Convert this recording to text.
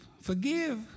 forgive